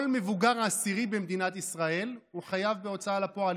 כל מבוגר עשירי במדינת ישראל חייב בהוצאה לפועל.